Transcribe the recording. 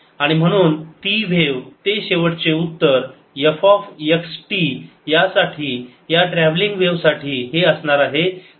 आणि म्हणून ती व्हेव ते शेवटचे उत्तर f x t साठी या ट्रॅव्हलिंग व्हेव साठी हे असणार आहे 0